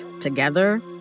together